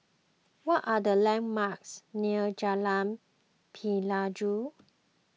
what are the landmarks near Jalan Pelajau